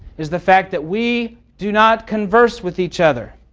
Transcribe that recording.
is the fact that we do not converse with each other.